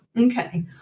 Okay